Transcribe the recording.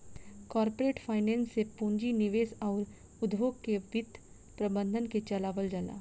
corporate finance से पूंजी निवेश अउर उद्योग के वित्त प्रबंधन के चलावल जाला